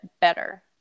better